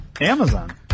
Amazon